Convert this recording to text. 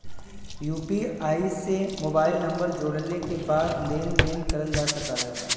UPI से mobile number जोड़ले के बाद लेन देन करल जा सकल जाला